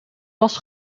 was